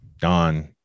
Don